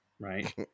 right